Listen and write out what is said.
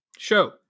Show